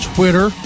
Twitter